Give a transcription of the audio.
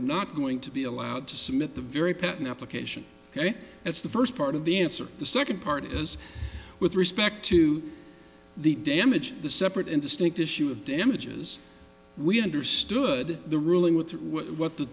not going to be allowed to submit the very patent application ok that's the first part of the answer the second part is with respect to the damage the separate and distinct issue of damages we understood the ruling with what the